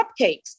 cupcakes